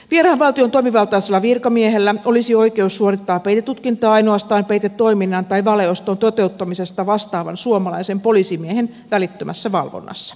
vieraan valtion toimivaltaisella virkamiehellä olisi oikeus suorittaa peitetutkintaa ainoastaan peitetoiminnan tai valeoston toteuttamisesta vastaavan suomalaisen poliisimiehen välittömässä valvonnassa